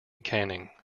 canning